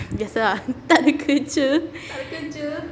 biasa ah tak ada kerja